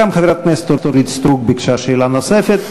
גם חברת הכנסת אורית סטרוק תשאל שאלה נוספת,